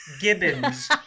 Gibbons